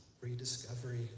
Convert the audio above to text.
rediscovery